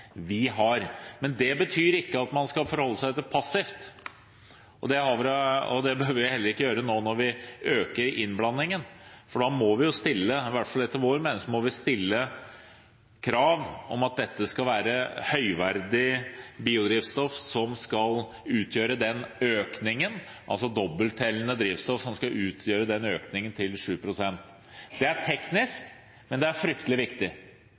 vi har. Men det betyr ikke at man skal forholde seg passiv, og det behøver vi heller ikke å gjøre når vi nå øker innblandingen, for da må vi – i hvert fall etter vår mening – stille krav om at det skal være høyverdig biodrivstoff, altså dobbelttellende drivstoff, som skal utgjøre den økningen til 7 pst. Dette er teknisk, men det er fryktelig viktig,